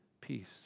peace